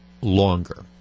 longer